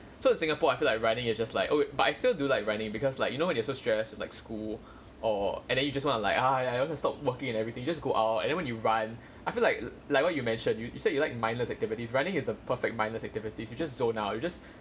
so in singapore I feel like running it just like oh but I still do like running because like you know you are so stressed like school or and then you just wanna like ah I want to stop working and everything you just go out and then when you run I feel like like what you mentioned you you said you like mindless activities running is the perfect mindless activities you just zone out you just